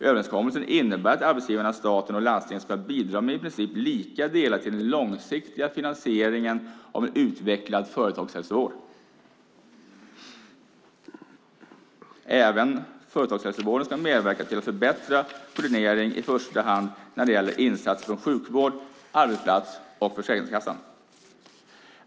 Överenskommelsen innebär att arbetsgivarna, staten och landstingen ska bidra med i princip lika delar till den långsiktiga finansieringen av en utvecklad företagshälsovård. Även företagshälsovården ska medverka till förbättrad koordinering i första hand när det gäller insatser från sjukvård, arbetsplats och Försäkringskassan.